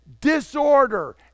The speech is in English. disorder